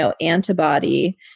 antibody